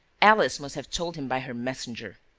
alice must have told him by her messenger.